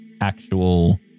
actual